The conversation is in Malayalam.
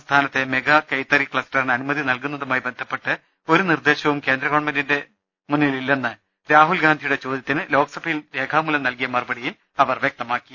സംസ്ഥാനത്തെ മെഗാ കൈത്തറി ക്ലസ്റ്ററിന് അനുമതി നൽകുന്നതുമായി ബന്ധപ്പെട്ട് ഒരു നിർദ്ദേ ശവും കേന്ദ്ര ഗവൺമെന്റിന്റെ പക്കലില്ലെന്ന് രാഹുൽഗാന്ധിയുടെ ചോദ്യ ത്തിന് ലോക്സഭയിൽ രേഖാമൂലം നൽകിയ മറുപടിയിൽ അവർ വ്യക്ത മാക്കി